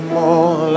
more